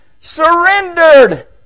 surrendered